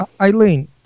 Eileen